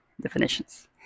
definitions